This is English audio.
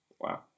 Wow